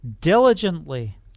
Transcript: diligently